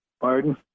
Pardon